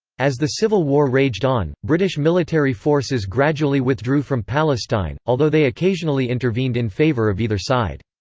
as the civil war raged on, british military forces gradually withdrew from palestine, although they occasionally intervened in favour of either side.